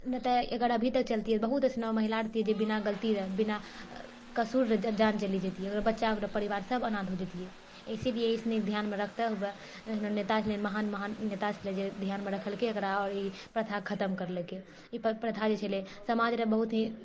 नहि तऽ एकर अभी तक चलतियै बहुत अइसन महिला रहतियै जे बिना गलती रऽ बिना कसूर रऽ जान चली जतियै ओकर बच्चा ओकर परिवार सब अनाथ हो जतियै इसीलिए ई सुनी ध्यानमे रखते हुए नेता छलै महान महान नेता छलै जे ध्यानमे रखलकै एकरा आओर ई प्रथा खतम करलकै ई प्रथा जे छलै समाज रऽ बहुत ही